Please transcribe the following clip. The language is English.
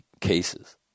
cases